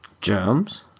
Germs